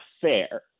fair